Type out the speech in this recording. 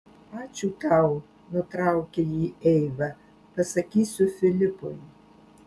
ačiū tau nutraukė jį eiva pasakysiu filipui